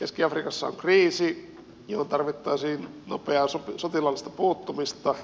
keski afrikassa on kriisi johon tarvittaisiin nopeaa sotilaallista puuttumista